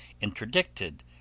interdicted